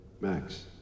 Max